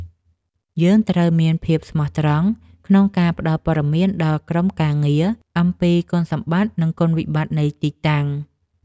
យើងត្រូវមានភាពស្មោះត្រង់ក្នុងការផ្ដល់ព័ត៌មានដល់ក្រុមការងារអំពីគុណសម្បត្តិ និងគុណវិបត្តិនៃទីតាំង។